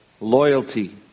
loyalty